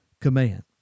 command